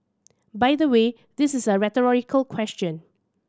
by the way this is a rhetorical question